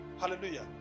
Hallelujah